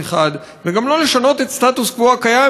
אחד וגם לא לשנות את הסטטוס קוו הקיים,